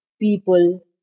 people